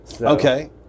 Okay